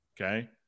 okay